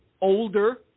older